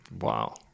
Wow